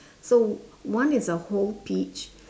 so one is a whole peach